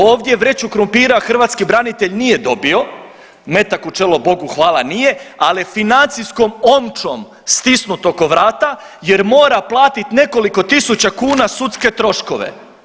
Ovdje vreću krumpira hrvatski branitelj nije dobio, metak u čelo bogu hvala nije ali je financijskom omčom stisnut oko vrata jer mora platiti nekoliko tisuća kuna sudske troškove.